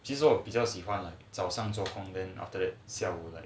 其实我比较喜欢了早上做 then after that 下午